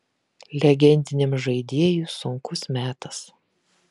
legendiniam žaidėjui sunkus metas